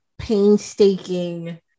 Painstaking